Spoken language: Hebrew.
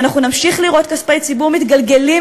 ואנחנו נמשיך לראות כספי ציבור מתגלגלים